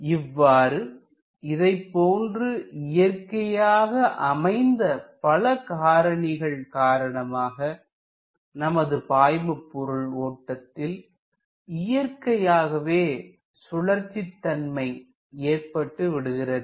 இவ்வாறு இதைப்போன்ற இயற்கையாக அமைந்த பல காரணிகள் காரணமாக நமது பாய்மபொருள் ஓட்டத்தில் இயற்கையாகவே சுழற்சித்தன்மை ஏற்பட்டுவிடுகிறது